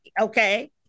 Okay